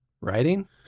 writing